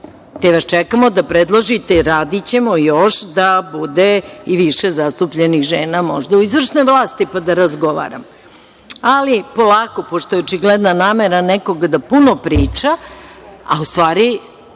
te vas čekamo da predložite i radićemo još da bude više zastupljnih žena, možda u izvršnoj vlasti, pa da razgovaramo. Ali, polako, pošto je očigledna namera nekoga da puno priča, a u stvari